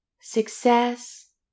success